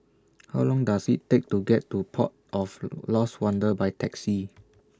How Long Does IT Take to get to Port of Lost Wonder By Taxi